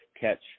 catch